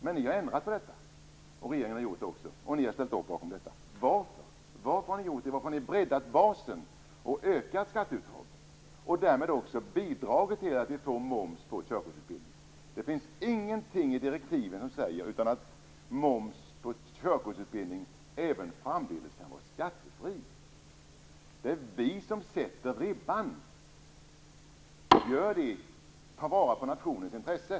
Men ni och regeringen har ändrat på detta. Varför har ni gjort detta? Varför har ni breddat basen och ökat skatteuttaget och därmed bidragit till moms på körkortsutbildningen? Det finns ingenting i direktiven som säger detta, utan körkortsutbildning skall även framdeles vara skattefri. Det är vi som sätter ribban. Gör det och ta vara på nationens intressen!